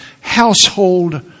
household